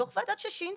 דוח ועדת ששינסקי.